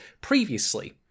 previously